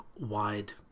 wide